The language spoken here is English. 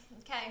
okay